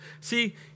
See